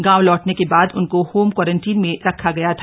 गांव लौटने के बाद उनको होम क्वारंटीन में रखा गया था